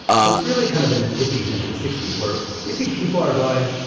so, it's really kind of in the fifty s into the sixty s where basically people are going,